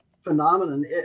phenomenon